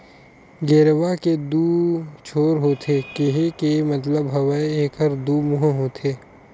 गेरवा के दू छोर होथे केहे के मतलब हवय एखर दू मुहूँ होथे